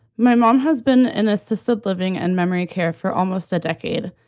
my mom husband, an assisted living and memory, care for almost a decade,